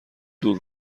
دور